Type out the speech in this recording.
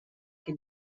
che